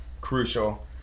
crucial